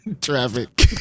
Traffic